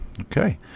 Okay